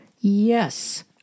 Yes